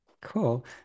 cool